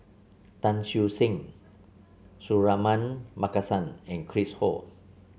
Tan Siew Sin Suratman Markasan and Chris Ho